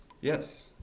Yes